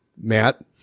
Matt